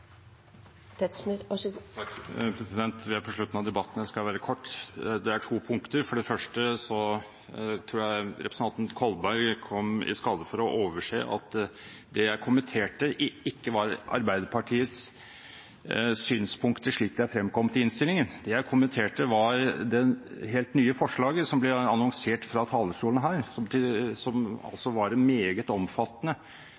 av debatten, så jeg skal være kort. Det er to punkter: For det første tror jeg representanten Kolberg kom i skade for å overse at det jeg kommenterte, ikke var Arbeiderpartiets synspunkter, slik de er fremkommet i innstillingen. Det jeg kommenterte, var det helt nye forslaget som ble annonsert fra talerstolen her, som